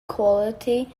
quality